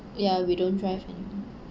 ya we don't drive